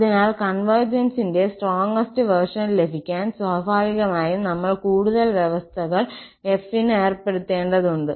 അതിനാൽ കോൺവെർജന്സിന്റെ strongest version ലഭിക്കാൻ സ്വാഭാവികമായും നമ്മൾ കൂടുതൽ വ്യവസ്ഥകൾ f ന് ഏർപ്പെടുത്തേണ്ടതുണ്ട്